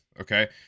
Okay